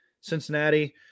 Cincinnati